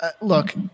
look